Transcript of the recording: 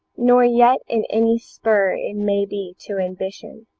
nor yet in any spur it may be to ambition.